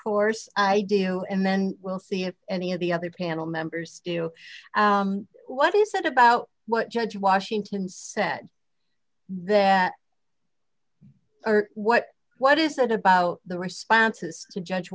course i do you know and then we'll see if any of the other panel members you know what is that about what judge washington said that or what what is it about the responses to judge